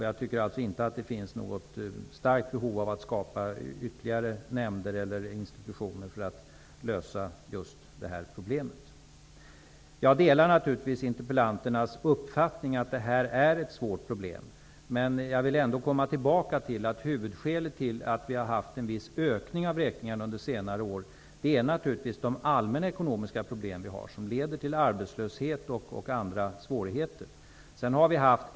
Jag tycker inte att det finns något starkt behov av att skapa ytterligare nämnder eller institutioner för att lösa just det här problemet. Jag delar naturligtvis interpellanternas uppfattning att det här är ett svårt problem, men jag vill ändå komma tillbaka till att huvudskälet till att det har skett en viss ökning av vräkningar under senare år är de allmänna ekonomiska problemen, som leder till arbetslöshet och andra svårigheter.